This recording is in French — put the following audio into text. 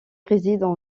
résident